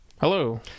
Hello